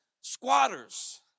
squatters